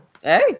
hey